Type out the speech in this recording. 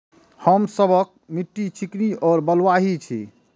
हमर सबक मिट्टी चिकनी और बलुयाही छी?